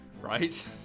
Right